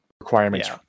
requirements